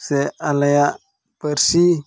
ᱥᱮ ᱟᱞᱮᱭᱟᱜ ᱯᱟᱹᱨᱥᱤ